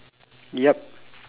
yup